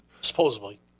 Supposedly